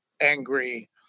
angry